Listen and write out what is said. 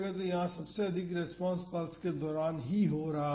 तो यहाँ सबसे अधिक रेस्पॉन्स पल्स के दौरान ही हो रहा है